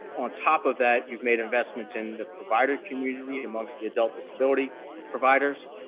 on top of that, you've made investments in the provider community amongst the adult disability providers.